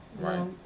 right